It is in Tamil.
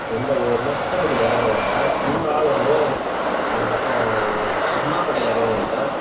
எந்த ஊருனா அரசன்பட்டியில் இறங்கிருவோம் சார் இன்னோரு ஆள் வந்து அந்த பக்கம் அம்மாபேட்டையில் இறங்கிருவோம் சார்